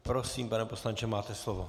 Prosím, pane poslanče, máte slovo.